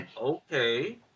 Okay